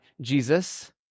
Jesus